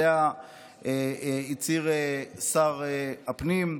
שעליה הצהיר שר הפנים,